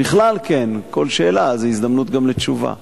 בכלל כן, כל שאלה זו הזדמנות גם לתשובה.